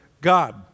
God